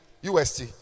UST